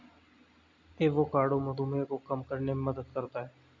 avocado मधुमेह को कम करने में मदद करता है